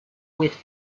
with